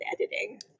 editing